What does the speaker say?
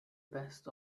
best